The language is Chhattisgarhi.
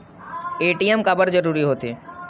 ए.टी.एम काबर जरूरी हो थे?